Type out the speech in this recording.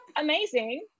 amazing